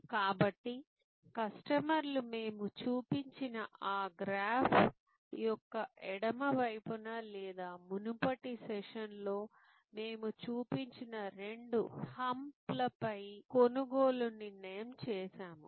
కాబట్టి కస్టమర్లు మేము చూపించిన ఆ గ్రాఫ్ యొక్క ఎడమ వైపున లేదా మునుపటి సెషన్లో మేము చూపించిన రెండు హమ్ప్ లపై కొనుగోలు నిర్ణయం చేసాము